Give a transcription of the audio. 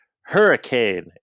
hurricane